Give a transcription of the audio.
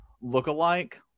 look-alike